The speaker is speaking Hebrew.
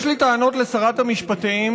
יש לי טענות לשרת המשפטים,